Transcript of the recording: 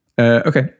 Okay